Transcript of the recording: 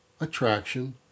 attraction